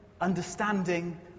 understanding